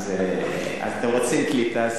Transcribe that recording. אתם רוצים קליטה?